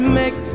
make